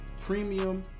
premium